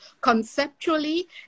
conceptually